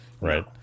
right